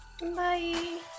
Bye